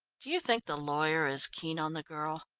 do you think the lawyer is keen on the girl?